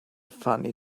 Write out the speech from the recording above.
funny